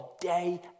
day